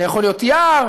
זה יכול להיות יער,